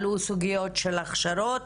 עלו סוגיות של הכשרות.